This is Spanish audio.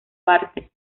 partes